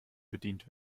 bedient